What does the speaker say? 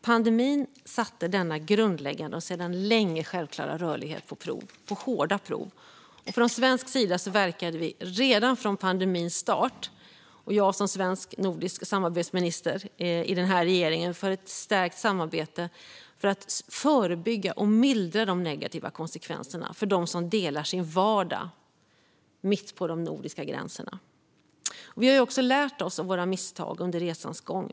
Pandemin satte denna grundläggande och sedan länge självklara rörlighet på hårda prov. Från svensk sida, och med mig som nordisk samarbetsminister i den här regeringen, verkade vi redan från pandemins start för ett stärkt samarbete för att förebygga och mildra de negativa konsekvenserna för dem som delar sin vardag mitt på de nordiska gränserna. Vi har också lärt oss av våra misstag under resans gång.